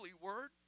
word